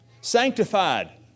sanctified